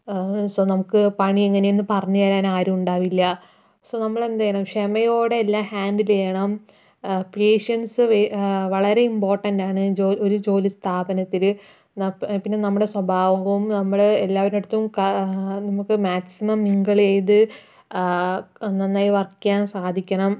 so നമുക്ക് പണി എങ്ങനെയാണ് പറഞ്ഞുതരാൻ ആരും ഉണ്ടാവില്ല സൊ നമ്മൾ അന്നേരം എല്ലാം ക്ഷമയോടെ ഹാന്റില് ചെയ്യണം പേഷ്യന്റ്സ് വളരെ ഇമ്പോർട്ടന്റ് ആണ് ഒരു ജോലി സ്ഥാപനത്തില് പിന്നെ നമ്മുടെ സ്വഭാവവും നമ്മള് എല്ലാവരുടെയടുത്തും നമുക്ക് മാക്സിമം മിംഗിളു ചെയ്ത് നന്നായി വർക്ക് ചെയ്യാൻ സാധിക്കണം